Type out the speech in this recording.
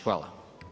Hvala.